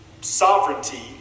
sovereignty